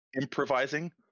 Improvising